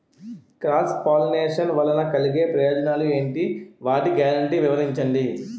Cross pollination వలన కలిగే ప్రయోజనాలు ఎంటి? వాటి గ్యారంటీ వివరించండి?